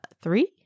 three